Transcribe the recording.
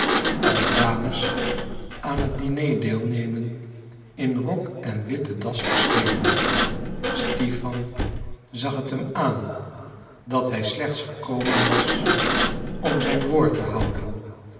als dames aan het diner deel nemen in rok en witte das verschenen stipan zag het hem aan dat hij slechts gekomen was om zijn woord te houden